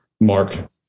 mark